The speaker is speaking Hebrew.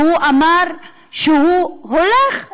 והוא אמר שהוא הולך לתת.